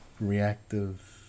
Reactive